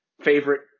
favorite